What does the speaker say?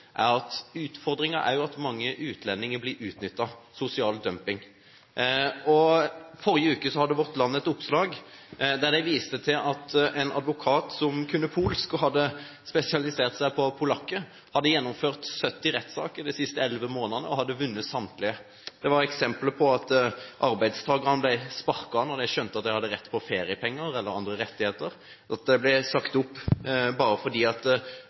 er at mange utlendinger blir utnyttet – sosial dumping. Forrige uke hadde Vårt Land et oppslag der de viste til at en advokat som kunne polsk og hadde spesialisert seg på polakker, hadde gjennomført 70 rettssaker de siste elleve månedene og hadde vunnet samtlige. Det var eksempler på at arbeidstakere ble sparket når de skjønte at de hadde rett på feriepenger eller hadde andre rettigheter, at de ble sagt opp bare fordi